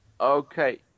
Okay